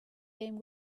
game